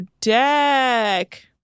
Deck